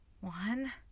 one